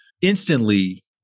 instantly